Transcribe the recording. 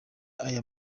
aya